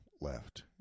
left